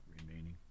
remaining